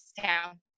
town